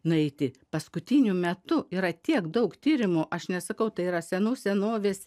nueiti paskutiniu metu yra tiek daug tyrimų aš nesakau tai yra senų senovės